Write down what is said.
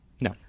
No